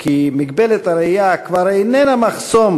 כי מגבלת הראייה כבר איננה מחסום,